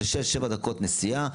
זה 6-7 דקות נסיעה,